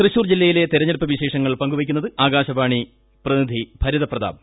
തൃശൂർ ജില്ലയിലെ തിരഞ്ഞെടുപ്പ് വിശേഷങ്ങൾ പങ്കുവയ്ക്കുന്നത് ആകാശവാണി പ്രതിനിധി ഭരിത പ്രതാപ്